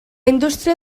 indústria